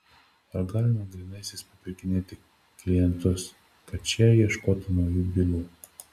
ar galima grynaisiais papirkinėti klientus kad šie ieškotų naujų bylų